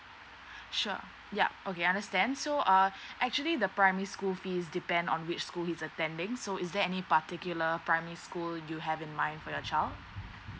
sure ya okay understand so err actually the primary school fees depend on which school he's attending so is there any particular primary school you have in mind for your child